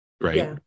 Right